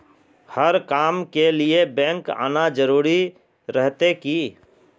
हर काम के लिए बैंक आना जरूरी रहते की?